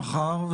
מחר,